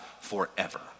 forever